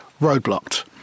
roadblocked